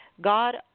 God